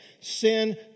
Sin